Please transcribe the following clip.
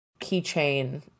keychain